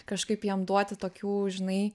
kažkaip jam duoti tokių žinai